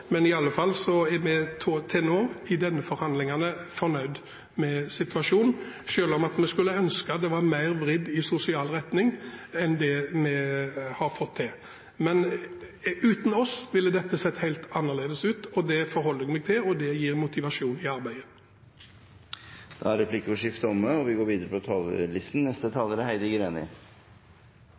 men vi er i alle fall til nå i disse forhandlingene fornøyd med situasjonen, selv om vi skulle ønske at budsjettet var mer vridd i sosial retning enn det vi har fått til. Men uten oss ville dette sett helt annerledes ut. Det forholder jeg meg til, og det gir motivasjon i arbeidet. Replikkordskiftet er omme. I Senterpartiet er vi sterkt bekymret over de fordelingspolitiske signalene regjeringen gir i sitt statsbudsjett for 2015. Budsjettet har negative fordelingsvirkninger grupper imellom og